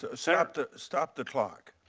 ah stop the stop the clock.